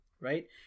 right